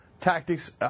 tactics